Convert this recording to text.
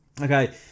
Okay